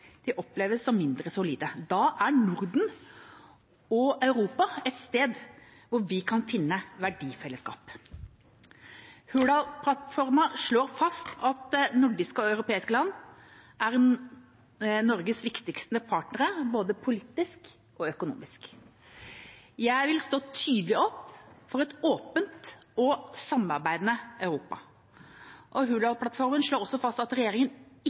oppleves mindre solide. Da er det i Norden og i Europa at vi kan finne et verdifelleskap. Hurdalsplattformen slår fast at nordiske og europeiske land er Norges viktigste partnere både politisk og økonomisk. Jeg vil stå tydelig opp for et åpent og samarbeidende Europa. Hurdalsplattformen slår også fast at